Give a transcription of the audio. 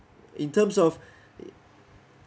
in terms of